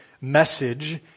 message